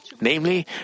Namely